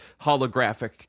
holographic